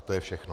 To je všechno.